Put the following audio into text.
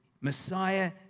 Messiah